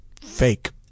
fake